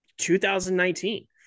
2019